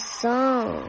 song